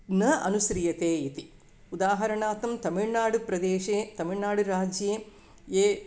न अनुसृयते इति उदाहरणार्थं तमिल्नाडुप्रदेशे तमिल्नाडुराज्ये ये